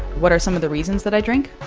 what are some of the reasons that i drink?